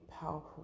powerful